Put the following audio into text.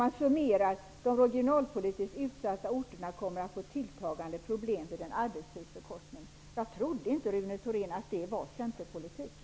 Man summerar: De regionalpolitiskt utsatta orterna kommer att få tilltagande problem vid en arbetstidsförkortning. Jag trodde inte, Rune Thorén, att det var centerpolitik.